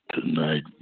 Tonight